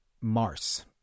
Mars